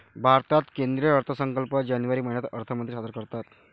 भारतात केंद्रीय अर्थसंकल्प जानेवारी महिन्यात अर्थमंत्री सादर करतात